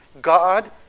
God